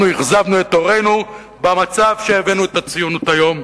אנחנו אכזבנו את הורינו במצב שהבאנו אליו את הציונות היום,